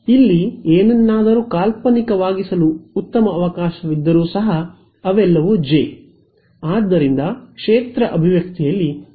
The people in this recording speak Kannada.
ಇಲ್ಲಿ ಏನನ್ನಾದರೂ ಕಾಲ್ಪನಿಕವಾಗಿಸಲು ಉತ್ತಮ ಅವಕಾಶವಿದ್ದರೂ ಸಹ ಅವೆಲ್ಲವೂ ಜೆ ಆದ್ದರಿಂದ ಕ್ಷೇತ್ರ ಅಭಿವ್ಯಕ್ತಿಯಲ್ಲಿ ಇದು ಸಂಪೂರ್ಣವಾಗಿ ನಿಜವಾಗಿದೆ